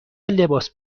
لباس